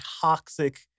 toxic